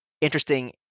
interesting